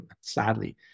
Sadly